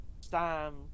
sam